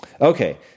Okay